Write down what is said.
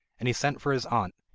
and he sent for his aunt,